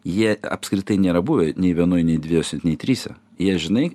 jie apskritai nėra buvę nei vienoj nei dviejuose nei trise jie žinai